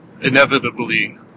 inevitably